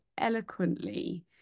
eloquently